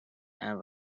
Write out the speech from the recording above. and